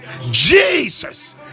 jesus